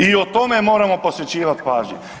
I o tome moramo posvećivati pažnje.